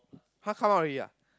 !huh! come out already ah